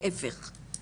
להיפך.